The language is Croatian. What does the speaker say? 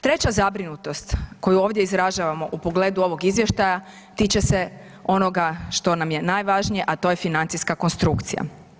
Treća zabrinutost koju ovdje izražavamo u pogledu ovog izvještaja tiče se onoga što nam je najvažnije, a to je financijska konstrukcija.